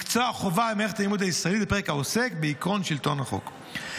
מקצוע חובה במערכת החינוך הישראלית העוסק בפרק העוסק בעקרון שלטון החוק.